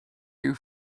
you